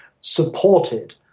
supported